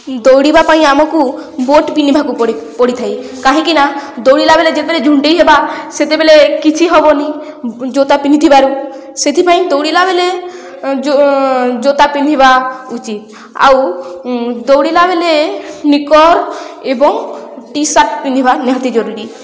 ଦୌଡ଼ିବା ପାଇଁ ଆମକୁ ବୁଟ ପିନ୍ଧିବାକୁ ପଡ଼େ ପଡ଼ିଥାଏ କାହିଁକି ନା ଦୌଡ଼ିଲା ବେଳେ ଯେପରି ଝୁଣ୍ଟି ହେବା ସେତେବେଳେ କିଛି ହବନି ଜୋତା ପିନ୍ଧିଥିବାରୁ ସେଥିପାଇଁ ଦୌଡ଼ିଲା ବେଳେ ଜୋତା ପିନ୍ଧିବା ଉଚିତ ଆଉ ଦୌଡ଼ିଲା ବେଳେ ନିକର୍ ଏବଂ ଟି ସାର୍ଟ ପିନ୍ଧିବା ନିହାତି ଜରୁରୀ